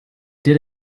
did